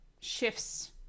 shifts